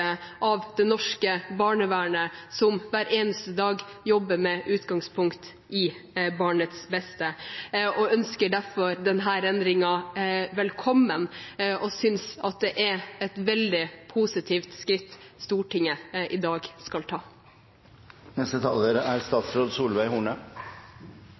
av det norske barnevernet som hver eneste dag jobber med utgangspunkt i barnets beste, og ønsker derfor denne endringen velkommen. Vi synes at det er et veldig positivt skritt Stortinget i dag skal ta. Barnevern og saker i barnevernet er